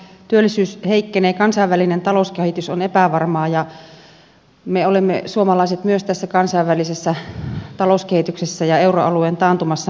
työllisyys heikkenee kansainvälinen talouskehitys on epävarmaa ja me suomalaiset olemme myös tässä kansainvälisessä talouskehityksessä ja euroalueen taantumassa mukana